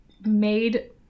made